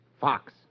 Fox